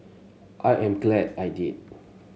I am glad I did